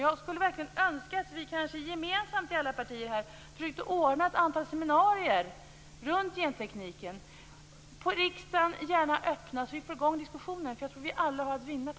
Jag önskar att vi gemensamt i alla partier anordnade - gärna öppna - seminarier om genteknik här i riksdagen, så att vi får i gång diskussionen. Det tror jag att vi alla har att vinna på.